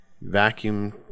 vacuum